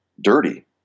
dirty